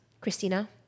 Christina